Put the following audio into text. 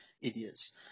Idiots